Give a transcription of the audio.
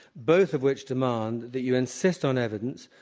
both of which demand that you insist on evidence,